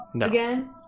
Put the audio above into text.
again